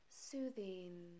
soothing